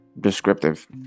descriptive